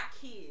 kids